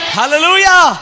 Hallelujah